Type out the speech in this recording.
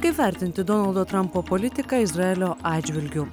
kaip vertinti donaldo trampo politiką izraelio atžvilgiu